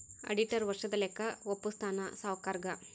auditor ವರ್ಷದ ಲೆಕ್ಕ ವಪ್ಪುಸ್ತಾನ ಸಾವ್ಕರುಗಾ